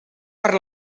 per